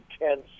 intense